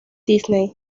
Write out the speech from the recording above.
disney